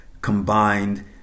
Combined